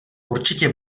určitě